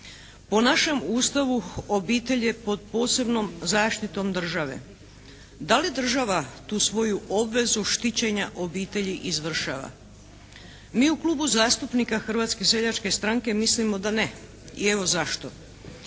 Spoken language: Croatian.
Po našem Ustavu obitelj je pod posebnom zaštitom države. Da li država tu svoju obvezu štićenja obitelji izvršava. Mi u Klubu zastupnika Hrvatske seljačke stranke mislimo da ne i evo zašto.